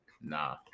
nah